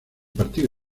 partido